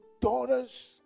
daughters